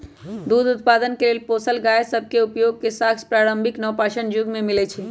दूध उत्पादन के लेल पोसल गाय सभ के उपयोग के साक्ष्य प्रारंभिक नवपाषाण जुग में मिलइ छै